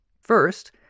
First